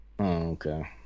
Okay